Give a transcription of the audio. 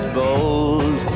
bold